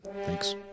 thanks